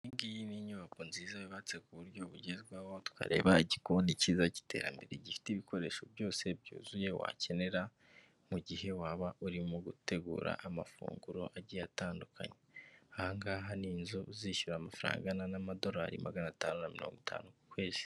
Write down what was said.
Iyi ngiyi ni inyubako nziza yubatse ku buryo bugezweho, tukahareba igikoni cyiza cy'iterambere, gifite ibikoresho byose byuzuye wakenera mu gihe waba urimo gutegura amafunguro agiye atandukanye. Aha ngaha ni inzu uzishyura amafaranga angana n'amadorari magana atanu na mirongo itanu ku kwezi.